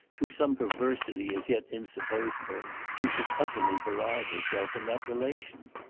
through some perversity as yet insupposeable, she should utterly belie herself in that relation.